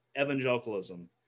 evangelicalism